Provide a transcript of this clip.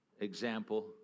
Example